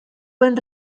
ben